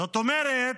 זאת אומרת,